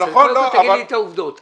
תגיד לי את העובדות.